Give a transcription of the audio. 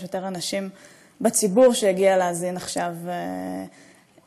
יש יותר אנשים בציבור שהגיעו להאזין עכשיו לכנסת,